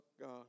God